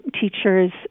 teachers